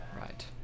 Right